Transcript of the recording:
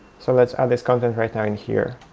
so let's add this content right now in here.